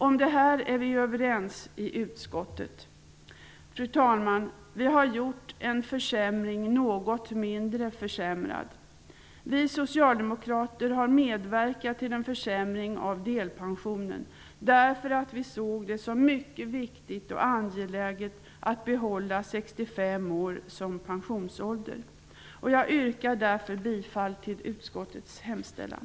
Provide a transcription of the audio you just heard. Om detta är vi överens i utskottet. Fru talman! Vi har gjort en försämring något mindre försämrad. Vi socialdemokrater har medverkat till en försämring av delpensionen, eftersom vi såg det som mycket viktigt och angeläget att behålla 65 år som pensionsålder. Jag yrkar därför bifall till utskottets hemställan.